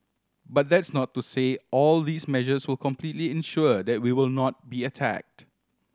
but that's not to say all of these measures will completely ensure that we will not be attacked